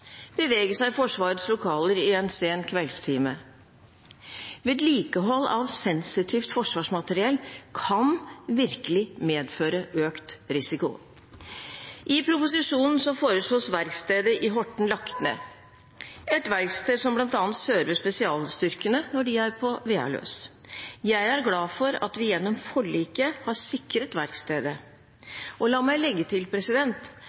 i Forsvarets lokaler en sen kveldstime? Vedlikehold av sensitivt forsvarsmateriell kan virkelig medføre økt risiko. I proposisjonen foreslås verkstedet i Horten lagt ned, et verksted som bl.a. server spesialstyrkene når de er på Vealøs. Jeg er glad for at vi gjennom forliket har sikret verkstedet. La meg legge til